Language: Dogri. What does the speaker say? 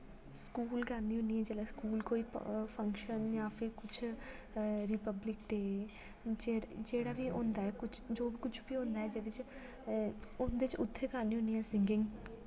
स्कूल गानी होन्नी आ जेह्ले स्कूल कोई फंक्शन जां फिर कुछ रिपब्लिक डे जेह्ड़ा जेह्ड़ा बी होंदा ऐ कुछ जो बी कुछ बी होंदा ऐ जेह्दे च उंदे च उत्थे गानी होन्नी आं सिंगिंग